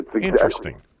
interesting